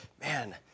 Man